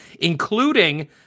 including